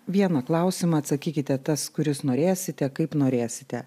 vieną klausimą atsakykite tas kuris norėsite kaip norėsite